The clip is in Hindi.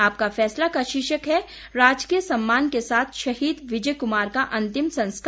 आपका फैसला का शीर्षक है राजकीय सम्मान के साथ शहीद विजय कुमार का अंतिम संस्कार